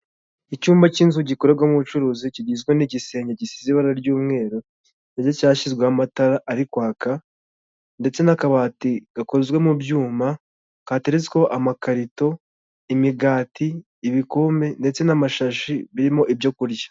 Icyumba cy'inzu gikorerwamo ubucuruzi kigizwe n'igisenge gisize ibara ry'umweru cyashyizweho amatara ari kwaka, ndetse n'akabati gakozwe mu byuma kateretsweho amakarito, imigati, ibikombe ndetse n'amashashi birimo ibyokurya.